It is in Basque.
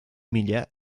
mila